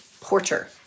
Porter